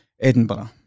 Edinburgh